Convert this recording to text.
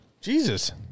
Jesus